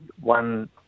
one